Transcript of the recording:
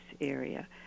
area